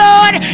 Lord